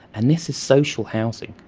and this is social housing.